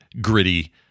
gritty